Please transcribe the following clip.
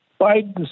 Biden